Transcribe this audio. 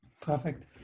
Perfect